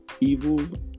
evil